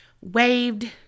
waved